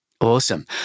Awesome